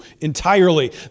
entirely